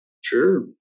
Sure